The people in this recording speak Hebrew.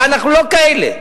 אנחנו לא כאלה.